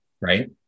right